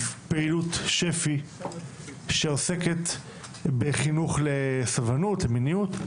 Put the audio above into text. פעילות שפ"י שעוסקת בחינוך לסובלנות ולמיניות,